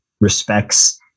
respects